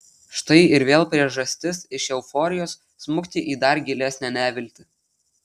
štai ir vėl priežastis iš euforijos smukti į dar gilesnę neviltį